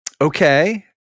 Okay